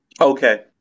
Okay